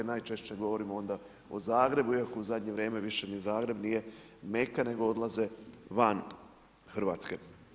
Najčešće govorimo onda o Zagrebu iako u zadnje vrijeme više ni Zagreb nije meka nego odlaze van Hrvatske.